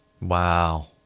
Wow